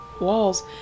walls